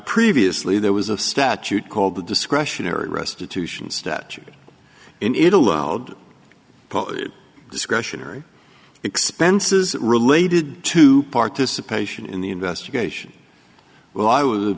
previously there was a statute called the discretionary restitution statute and it'll old discretionary expenses related to participation in the investigation well i w